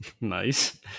nice